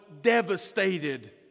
devastated